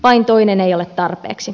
vain toinen ei ole tarpeeksi